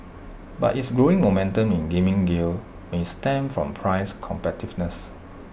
but its growing momentum in gaming gear may stem from price competitiveness